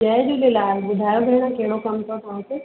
जय झूलेलाल ॿुधायो भेण कहिड़ो कमु अथव तव्हांखे